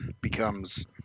becomes